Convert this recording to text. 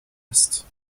است